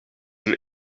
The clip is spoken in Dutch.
een